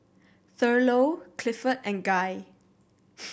Thurlow Clifford and Guy